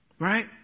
Right